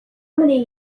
many